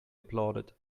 applauded